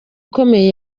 ikomeye